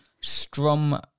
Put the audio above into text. Strum